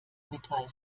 metall